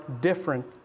different